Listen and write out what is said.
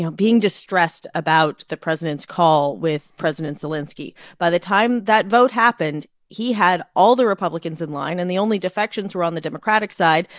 yeah being distressed about the president's call with president zelenskiy. by the time that vote happened, he had all the republicans in line, and the only defections were on the democratic side,